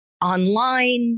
online